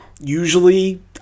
Usually